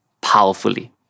powerfully